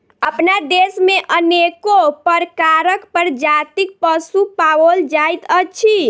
अपना देश मे अनेको प्रकारक प्रजातिक पशु पाओल जाइत अछि